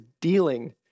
dealing